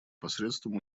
посредством